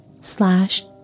slash